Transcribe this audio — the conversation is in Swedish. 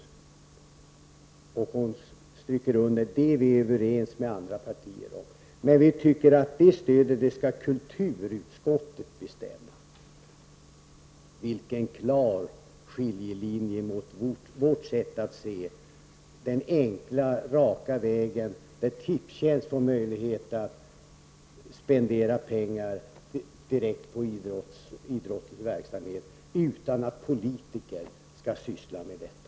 Hon underströk att socialdemokraterna är överens med andra partier om det, men att de tycker att kulturutskottet skall bestämma det stödet. Där går en klar skiljelinje mellan Marianne Carlströms och vårt sätt att se på detta. Vi förespråkar den raka, enkla vägen där Tipstjänst får möjlighet att spendera pengar direkt på idrottslig verksamhet, utan att politiker skall syssla med detta.